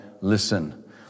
listen